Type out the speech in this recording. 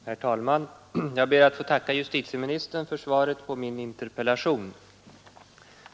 Herr talman! Jag ber att få tacka justitieministern för svaret på min interpellation.